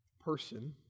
person